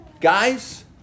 guys